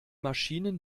maschinen